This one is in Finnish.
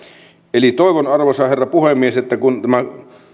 eli toivon arvoisa herra puhemies että tämä